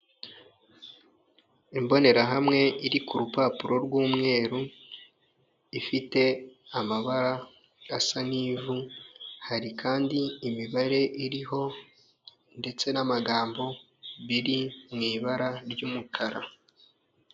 Imbonerahamwe iri ku rupapuro rw'umweru ifite amabara asa n'ivu, hari kandi imibare iriho ndetse n'amagambo biri mubara ry'umukara.